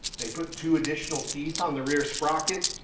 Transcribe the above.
they put two additional teeth on the rear sprocket.